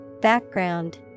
Background